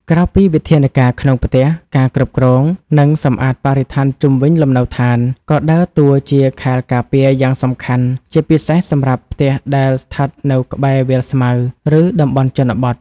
ក្រៅពីវិធានការក្នុងផ្ទះ ការគ្រប់គ្រង និងសម្អាតបរិស្ថានជុំវិញលំនៅដ្ឋាន ក៏ដើរតួជាខែលការពារយ៉ាងសំខាន់ ជាពិសេសសម្រាប់ផ្ទះដែលស្ថិតនៅក្បែរវាលស្មៅ ឬតំបន់ជនបទ។